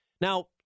Now